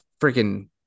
freaking